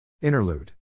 Interlude